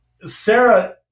Sarah